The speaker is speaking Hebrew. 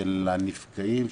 של הנפגעים,